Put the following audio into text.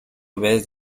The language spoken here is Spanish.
vez